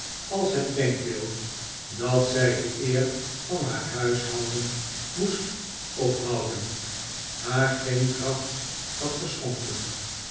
als het denkbeeld dat zij de eer van haar huishouden moest ophouden haar geen kracht had geschonken